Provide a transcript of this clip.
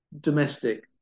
domestic